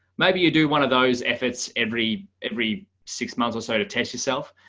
maybe you do one of those efforts every every six months or so to test yourself.